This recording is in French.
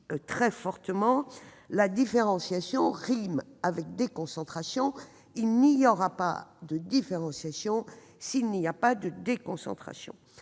très fortement, différenciation rime avec déconcentration. Il n'y aura pas de différenciation sans déconcentration